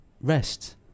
Rest